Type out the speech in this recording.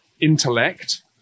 intellect